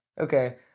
Okay